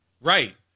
Right